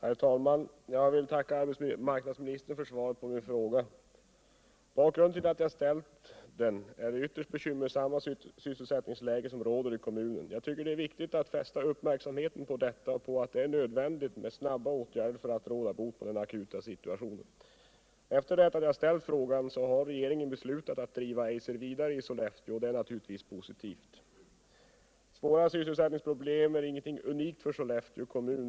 Herr talman! Jag vill tacka arbetsmarknadsministern för svaret på min fråga. Bakgrunden ull att jag ställt den är det ytterst bekymmersamma sysselsättningsläge som råder i kommunen. Jag tycker det är viktigt att fästa uppmärksamheten på detta och på att det är nödvändigt med snabba åtgärder för att råda bot på den akuta situationen. Efter det att jag ställt frågan har regeringen beslutat att driva Fiser i Sollefteå vidare, och det är naturligtvis positivt. Svåra sysselsättningsproblem är inget unikt för Sollefteå kommun.